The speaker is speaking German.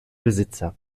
besitzer